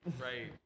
right